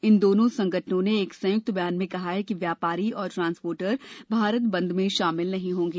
इन दोनों संगठनों ने एक संयुक्त बयान में कहा है कि व्यापारी और ट्रांसपोर्टर भारत बंद में शाभिल नहीं होंगे